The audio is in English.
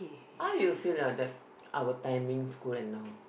how you feel now that our time in school and now